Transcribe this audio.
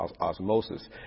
osmosis